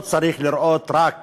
לא צריך לראות רק